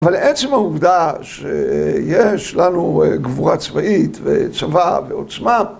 אבל עצם העובדה שיש לנו גבורה צבאית וצבא ועוצמה